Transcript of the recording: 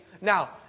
Now